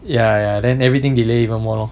ya ya then everything delay even more lor